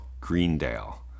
Greendale